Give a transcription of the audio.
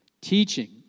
teaching